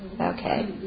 Okay